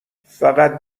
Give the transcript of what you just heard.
فقط